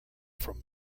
from